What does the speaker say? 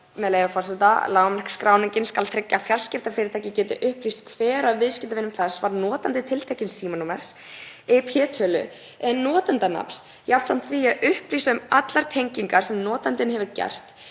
með leyfi forseta: „Lágmarksskráningin skal tryggja að fjarskiptafyrirtæki geti upplýst hver af viðskiptavinum þess var notandi tiltekins símanúmers, IP-tölu eða notandanafns, jafnframt því að upplýsa um allar tengingar sem notandinn hefur gert,